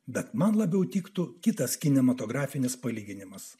bet man labiau tiktų kitas kinematografinis palyginimas